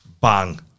bang